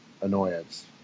annoyance